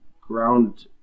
ground